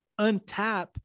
untap